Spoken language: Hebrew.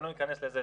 אני לא אכנס לזה,